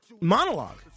monologue